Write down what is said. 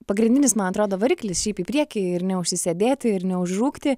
pagrindinis man atrodo variklis šiaip į priekį ir neužsisėdėti ir neužrūgti